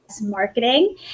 Marketing